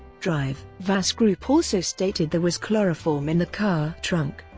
dr. vass' group also stated there was chloroform in the car trunk.